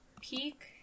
peak